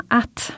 att